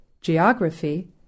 geography